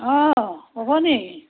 অঁ অবনি